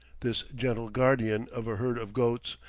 this gentle guardian of a herd of goats,